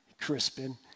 Crispin